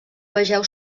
vegeu